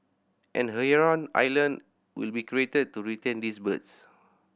and a heron island will be created to retain these birds